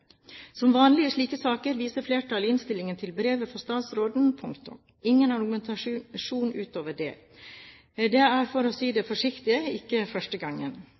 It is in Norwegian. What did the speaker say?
Som vanlig i slike saker viser flertallet i innstillingen til brevet fra statsråden – punktum – ingen argumentasjon utover det. Dette er, for å si det forsiktig, ikke første